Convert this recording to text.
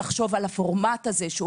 לחשוב על הפורמט הזה,